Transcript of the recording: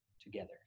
together